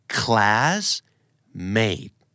classmate